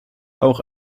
auch